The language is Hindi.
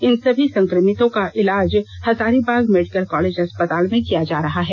इन सभी संक्रमितों का इलाज हजारीबाग मेडिकल कॉलेज अस्पताल में किया जा रहा है